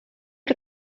que